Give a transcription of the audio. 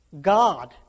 God